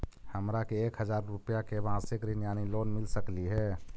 हमरा के एक हजार रुपया के मासिक ऋण यानी लोन मिल सकली हे?